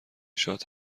شاد